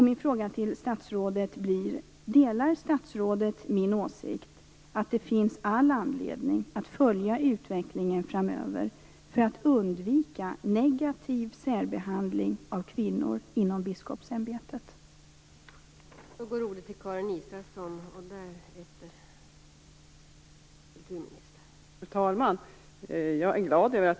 Min fråga till statsrådet blir då: Delar statsrådet min åsikt att det finns all anledning att följa utvecklingen framöver för att negativ särbehandling av kvinnor inom biskopsämbetet skall undvikas?